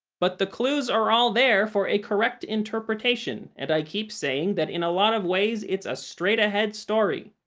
but the clues are all there for a correct interpretation, and i keep saying that, in a lot of ways, it's a straight ahead story.